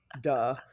Duh